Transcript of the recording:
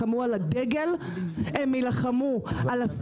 הם יילחמו על הדגל,